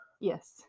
Yes